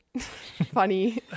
funny